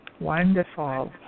Wonderful